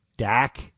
Dak